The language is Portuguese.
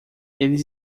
eles